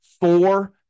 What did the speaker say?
four